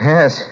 Yes